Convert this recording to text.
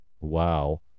wow